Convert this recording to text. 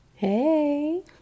Hey